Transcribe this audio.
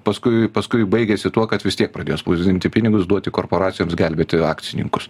paskui paskui baigėsi tuo kad vis tiek pradėjo spausdinti pinigus duoti korporacijoms gelbėti akcininkus